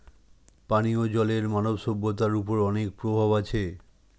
পানিও জলের মানব সভ্যতার ওপর অনেক প্রভাব আছে